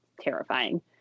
terrifying